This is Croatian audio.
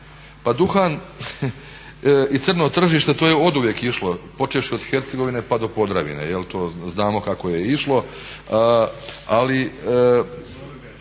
pa duhan i crno tržište to je oduvijek išlo, počevši od Hercegovine pa do Podravine jel', to znamo kako je išlo.